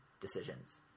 decisions